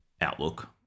outlook